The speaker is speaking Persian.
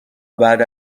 بعد